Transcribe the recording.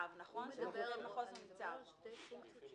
יש לנו בסביבות 4 מיליארד רצון.